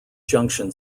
junction